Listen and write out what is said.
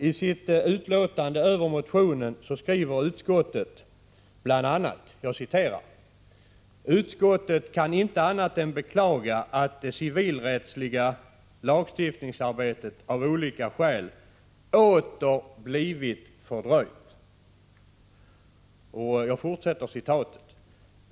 I sitt utlåtande över motionen skriver utskottet bl.a.: ”Utskottet kan inte annat än beklaga att det civilrättsliga lagstiftningsarbetet av olika skäl åter har blivit fördröjt.